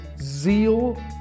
zeal